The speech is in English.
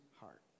heart